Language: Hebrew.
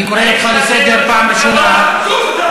לא פגעתי בשום כבוד, חצוף אתה.